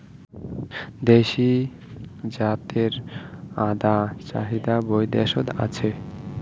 দেশী জাতের আদার চাহিদা বৈদ্যাশত আছে